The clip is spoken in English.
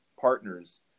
partners